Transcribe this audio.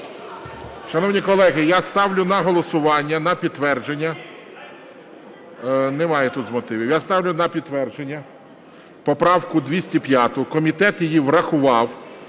Шановні колеги, я ставлю на голосування на підтвердження. Немає тут з мотивів. Я ставлю на підтвердження поправку 205. Комітет її врахував,